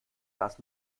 das